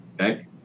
Okay